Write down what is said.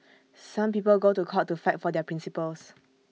some people go to court to fight for their principles